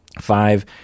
Five